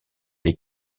les